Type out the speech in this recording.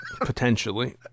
Potentially